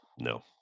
No